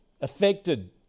affected